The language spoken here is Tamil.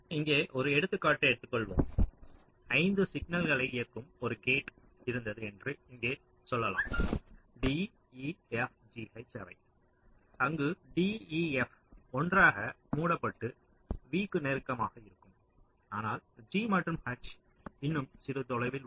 இங்கே ஒரு எடுத்துக்காட்டு எடுத்துக்கொள்வோம் 5 சிக்னல்களை இயக்கும் ஒரு கேட் இருந்தது என்று இங்கே சொல்லலாம் d e f g h அங்கு d e f ஒன்றாக மூடப்பட்டு v க்கு நெருக்கமாக இருக்கும் ஆனால் g மற்றும் h இன்னும் சிறிது தொலைவில் உள்ளது